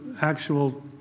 actual